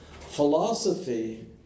philosophy